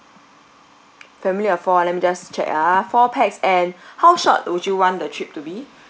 family of four ah let me just check ah four pax and how short would you want the trip to be